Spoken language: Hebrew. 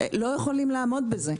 לא יכולים לעמוד בזה.